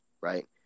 right